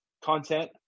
content